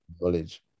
knowledge